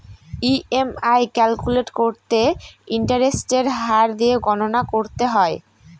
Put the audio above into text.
EMI calculate করতে ইন্টারেস্টের হার দিয়ে গণনা করতে হয়